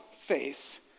faith